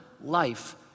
life